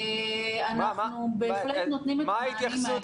אנחנו בהחלט נותנים את המענים האלה.